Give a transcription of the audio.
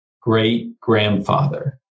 great-grandfather